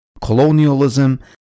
colonialism